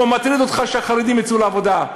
או מטריד אותך שהחרדים יצאו לעבודה?